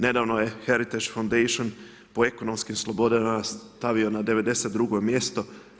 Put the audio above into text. Nedavno je Heritage Foundation po ekonomskim slobodama stavio na 92 mjesto.